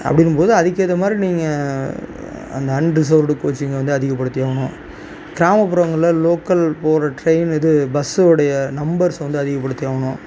அப்படிங்கும்போது அதுக்கு ஏற்ற மாதிரி நீங்கள் அந்த அன் ரிசர்வ்டு கோச்சிங்கை வந்து அதிகப்படுத்தியாகணும் கிராமப்புறங்களில் லோக்கல் போகற ட்ரெயின் இது பஸ்ஸோடைய நம்பர்ஸை வந்து அதிகப்படுத்தியாகணும்